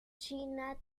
china